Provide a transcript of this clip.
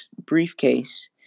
briefcase